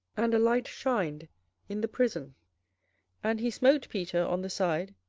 and a light shined in the prison and he smote peter on the side,